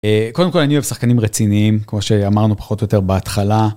קודם כל אני אוהב שחקנים רציניים, כמו שאמרנו פחות או יותר בהתחלה.